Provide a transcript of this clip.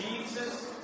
Jesus